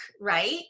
right